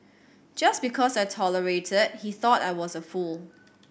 just because I tolerated he thought I was a fool